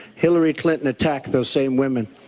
hillary clinton attacked those same women,